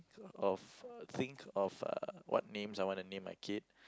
of think of uh what names I want to name my kid